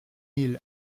mille